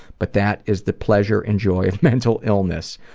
but that is the pleasure and joy of mental illness.